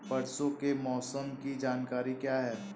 परसों के मौसम की जानकारी क्या है?